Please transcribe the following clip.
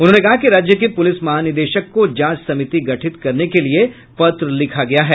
उन्होने कहा कि राज्य के पुलिस महानिदेशक को जांच समिति गठित करने के लिए पत्र लिखा गया है